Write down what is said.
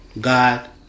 God